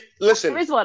Listen